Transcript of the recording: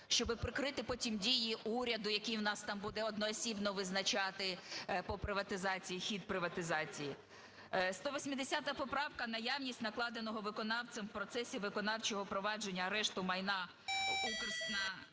щоб прикрити потім дії уряду, який в нас там буде одноосібно визначати по приватизації, хід приватизації? 180 поправка – наявність накладеного виконавцем в процесі виконавчого провадження арешту майна Укрспирту